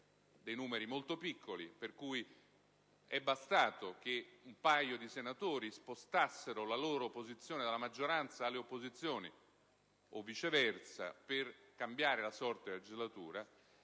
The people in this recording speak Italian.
per numeri molto piccoli, è bastato che un paio di senatori spostassero la loro posizione, dalla maggioranza alle opposizioni o viceversa, per cambiare la sorte della legislatura.